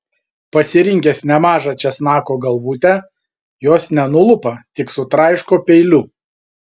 pasirinkęs nemažą česnako galvutę jos nenulupa tik sutraiško peiliu